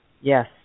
yes